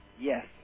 Yes